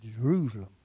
Jerusalem